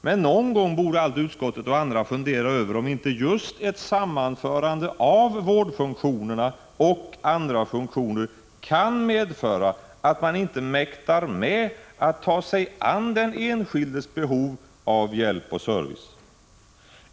Men någon gång borde allt utskottet och andra fundera över om inte just ett sammanförande av vårdfunktionerna och andra funktioner kan medföra att man inte mäktar med att ta sig an den enskildes behov av hjälp och service.